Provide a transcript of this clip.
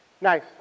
Nice